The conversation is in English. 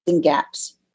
gaps